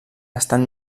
estan